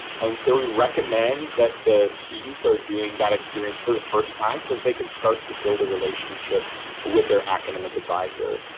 and so we recommend that the students are doing that experience for the first time so that they can start to build a relationship with their academic adviser.